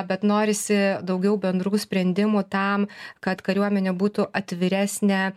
bet norisi daugiau bendrų sprendimų tam kad kariuomenė būtų atviresnė